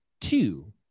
two